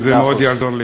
זה מאוד יעזור לי.